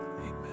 Amen